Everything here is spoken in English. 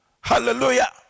Hallelujah